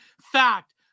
fact